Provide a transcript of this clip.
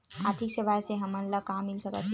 आर्थिक सेवाएं से हमन ला का मिल सकत हे?